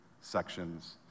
sections